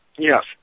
Yes